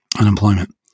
unemployment